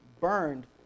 burned